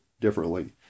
differently